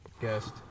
guest